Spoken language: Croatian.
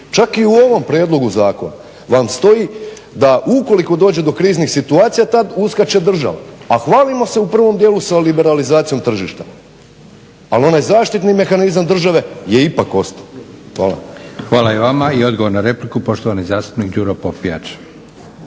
Čak i u ovom prijedlogu zakona vam stoji da ukoliko dođe do kriznih situacija tad uskače država, a hvalimo se u prvom dijelu sa liberalizacijom tržišta. Ali onaj zaštitni mehanizam države je ipak ostao. Hvala. **Leko, Josip (SDP)** Hvala i vama. I odgovor na repliku poštovani zastupnik Đuro Popijač.